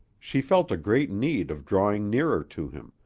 she felt a great need of drawing nearer to him,